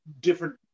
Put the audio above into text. different